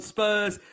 Spurs